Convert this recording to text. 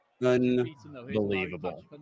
Unbelievable